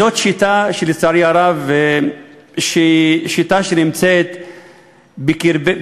זו שיטה שלצערי הרב נמצאת בקרבנו,